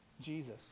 Jesus